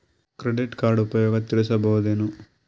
Credit card ಉಪಯೋಗ ತಿಳಸಬಹುದೇನು?